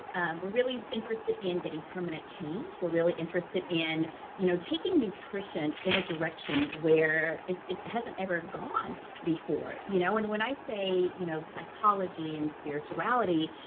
and we're really interested in getting permanent change, we're really interested in you know taking nutrition in a direction where it hasn't ever gone before. you know and when i say you know psychology and spirituality,